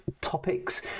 topics